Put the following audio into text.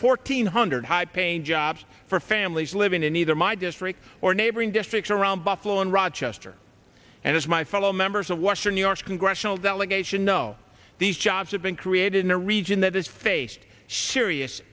fourteen hundred high paying jobs for families living in either my district or neighboring districts around buffalo and rochester and as my fellow members of western new york's congressional delegation know these jobs have been created in a region that has faced s